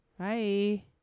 Hi